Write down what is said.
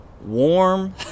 warm